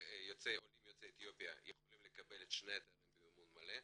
ועולים יוצאי אתיופיה יכולים לקבל את שני התארים במימון מלא,